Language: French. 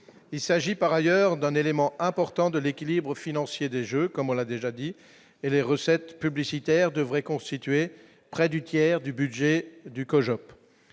il s'agit par ailleurs d'un élément important de l'équilibre financier des Jeux comme on l'a déjà dit et les recettes publicitaires devraient constituer près du tiers du budget du COJO,